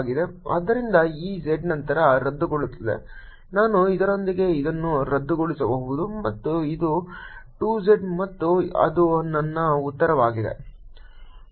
ಆದ್ದರಿಂದ ಈ z ನಂತರ ರದ್ದುಗೊಳ್ಳುತ್ತದೆ ನಾನು ಇದರೊಂದಿಗೆ ಇದನ್ನು ರದ್ದುಗೊಳಿಸಬಹುದು ಮತ್ತು ಇದು 2 z ಮತ್ತು ಅದು ನನ್ನ ಉತ್ತರವಾಗಿದೆ